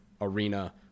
arena